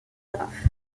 graff